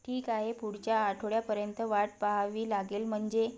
ठीक आहे पुढच्या आठवड्यापर्यंत वाट पहावी लागेल म्हणजे